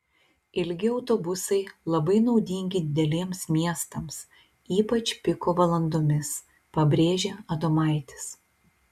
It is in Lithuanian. ilgi autobusai labai naudingi dideliems miestams ypač piko valandomis pabrėžė adomaitis